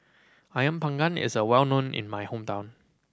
Ayam Panggang is a well known in my hometown